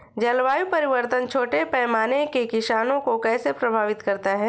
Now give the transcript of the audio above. जलवायु परिवर्तन छोटे पैमाने के किसानों को कैसे प्रभावित करता है?